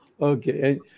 Okay